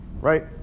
right